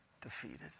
defeated